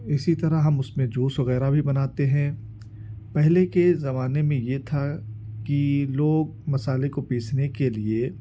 اسی طرح ہم اس میں جوس وغیرہ بھی بناتے ہیں پہلے کے زمانے میں یہ تھا کہ لوگ مصالے کو پیسنے کے لیے